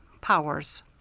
powers